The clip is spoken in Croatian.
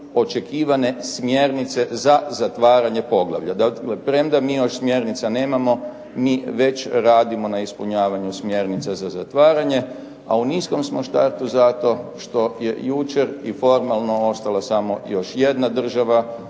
očekivane smjernice za zatvaranje poglavlja. Premda mi još smjernica nemamo. Mi već radimo na ispunjavanju smjernica za zatvaranje. A u niskom smo startu zato što je jučer i formalno ostala još samo jedna država